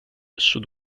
should